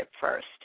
first